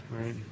right